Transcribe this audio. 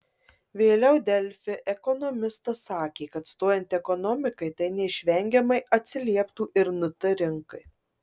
vėliau delfi ekonomistas sakė kad stojant ekonomikai tai neišvengiamai atsilieptų ir nt rinkai